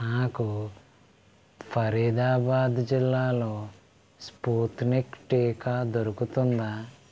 నాకు ఫరీదాబాద్ జిల్లాలో స్పుత్నిక్ టీకా దొరుకుతుందా